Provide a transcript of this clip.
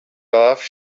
off